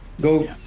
Go